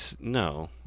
No